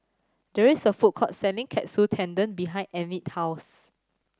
there is a food court selling Katsu Tendon behind Enid's house